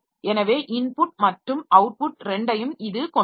எனவே இன்புட் மற்றும் அவுட்புட் இரண்டையும் இது கொண்டிருக்கும்